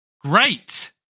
Great